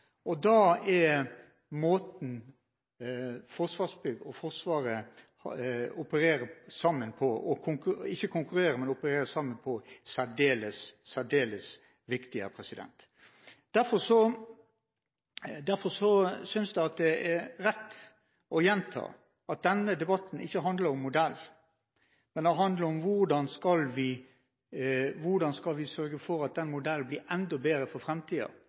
Da er måten Forsvarsbygg og Forsvaret opererer sammen på, særdeles, særdeles viktig. Derfor synes jeg det er rett å gjenta at denne debatten ikke handler om modellen. Den handler om hvordan vi skal sørge for at den modellen blir enda bedre for